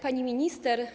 Pani Minister!